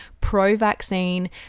pro-vaccine